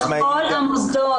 בכל המוסדות,